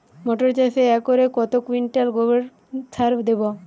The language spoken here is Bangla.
মটর চাষে একরে কত কুইন্টাল গোবরসার দেবো?